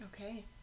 okay